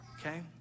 okay